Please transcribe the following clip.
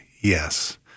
Yes